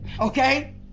Okay